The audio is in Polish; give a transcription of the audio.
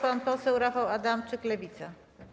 Pan poseł Rafał Adamczyk, Lewica.